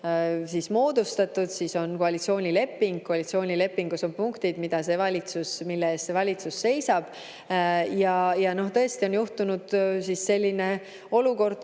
on moodustatud, siis on koalitsioonileping ja koalitsioonilepingus on punktid, mille eest valitsus seisab. Ning tõesti on tekkinud selline olukord,